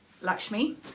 Lakshmi